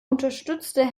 unterstützte